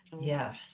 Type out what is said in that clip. Yes